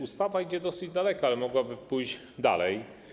Ustawa idzie dosyć daleko, ale mogłaby pójść dalej.